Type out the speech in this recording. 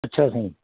अच्छा साईं